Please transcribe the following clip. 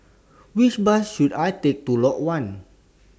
Which Bus should I Take to Lot one